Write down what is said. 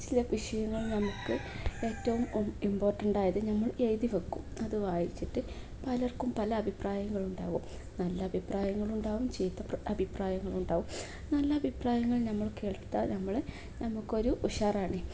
ചില വിഷയങ്ങൾ നമുക്ക് ഏറ്റവും ഇമ്പോർട്ടൻ്റായത് ഞമ്മൾ എഴുതി വെക്കും അത് വായിച്ചിട്ട് പലർക്കും പല അഭിപ്രായങ്ങളുണ്ടാകും നല്ല അഭിപ്രായങ്ങളുണ്ടാകും ചീത്ത അഭിപ്രായങ്ങളുണ്ടാകും നല്ല അഭിപ്രായങ്ങൾ നമ്മൾ കേട്ടാൽ നമ്മൾ നമുക്കൊരു ഉഷാറാണ്